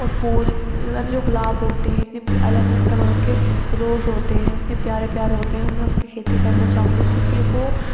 پھول اگر جو گلاب ہوتے ہیں اتنے الگ الگ طرح کے روز ہوتے ہیں اتنے پیارے پیارے ہوتے ہیں ہم نا اس کی کھیتی کرنا چاہوں گی کیونکہ وہ